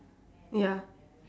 ya